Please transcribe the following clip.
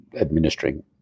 administering